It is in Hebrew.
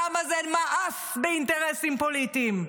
העם הזה מאס באינטרסים פוליטיים.